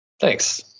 Thanks